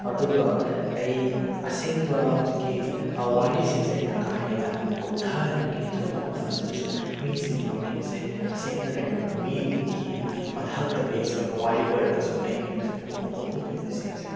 ꯑꯗꯨꯒ ꯑꯩ ꯑꯁꯦꯡꯕ ꯍꯧꯖꯤꯛꯀꯤ ꯋꯥꯔꯤꯁꯤꯡꯁꯦ ꯑꯩꯅ ꯀꯥ ꯍꯦꯟꯅ ꯀꯨꯞꯊꯅ ꯑꯩꯅ ꯂꯤꯊꯣꯛꯄ ꯃꯇꯝꯁꯤꯗꯁꯨ ꯃꯤꯁꯤꯡꯒꯤ ꯃꯃꯤꯡꯁꯦ ꯑꯁꯦꯡꯕꯗ ꯂꯩꯔꯝꯃꯕ ꯃꯤ ꯒꯤ ꯃꯊꯛꯇ ꯕꯦꯁ ꯑꯣꯏꯕ ꯋꯥꯔꯤ ꯑꯣꯏꯔꯒꯁꯨ ꯑꯩ ꯃꯤꯡꯁꯤꯡꯗ ꯍꯣꯡꯗꯣꯛ ꯍꯣꯡꯖꯤꯟꯗꯤ ꯁꯦꯝꯖꯩ